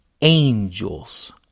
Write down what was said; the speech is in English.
angels